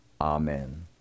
Amen